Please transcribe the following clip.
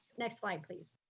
next slide, please.